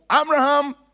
Abraham